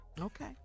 okay